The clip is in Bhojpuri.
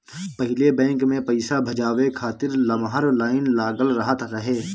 पहिले बैंक में पईसा भजावे खातिर लमहर लाइन लागल रहत रहे